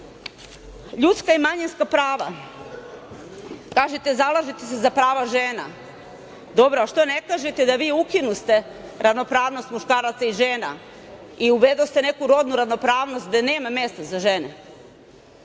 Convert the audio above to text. i manjinska prava, kažete – zalažete se za prava žena. Dobro, a što ne kažete da vi ukinuste ravnopravnost muškaraca i žena i uvedoste neku rodnu ravnopravnost, gde nema mesta za